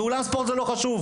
ואולם ספורט זה לא חשוב?